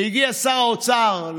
והגיע שר האוצר,